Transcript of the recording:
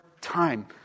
time